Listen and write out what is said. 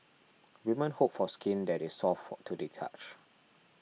women hope for skin that is soft to the touch